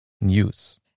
news